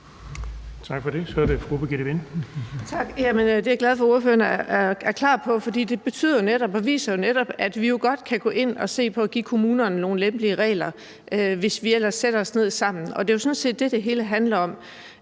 Tak for det. Så er det fru Birgitte Vind. Kl. 15:32 Birgitte Vind (S): Tak. Det er jeg glad for at ordføreren er klar på, for det betyder jo netop og viser netop, at vi godt kan gå ind og se på at give kommunerne nogle lempelige regler, hvis vi ellers sætter os ned sammen. Det er jo sådan set det, det hele handler om.